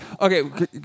okay